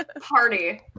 party